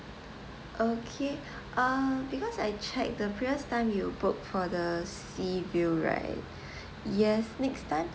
okay ah because I check the previous time you book for the sea view right yes next time